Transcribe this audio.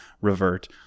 revert